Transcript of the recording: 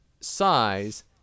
size